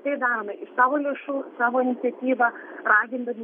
tai darome iš savo lėšų savo iniciatyva ragindami